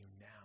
now